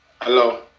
Hello